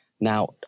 Now